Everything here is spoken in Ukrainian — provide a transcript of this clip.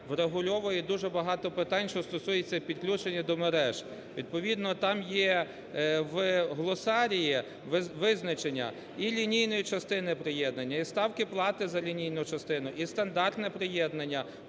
врегульовує дуже багато питань, що стосується підключення до мереж. Відповідно там є в глосарії визначення і лінійної частини приєднання, і ставки плати за лінійну частину, і стандартне приєднання,